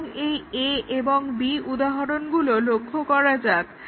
এই A এবং B উদাহরণগুলোকে লক্ষ্য করা যাক